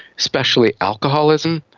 especially alcoholism.